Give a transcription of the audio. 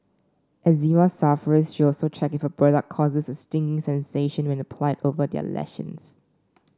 eczema sufferers should also check if a product causes a stinging sensation when applied over their lesions